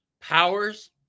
powers